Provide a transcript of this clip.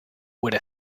with